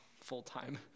Full-time